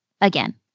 again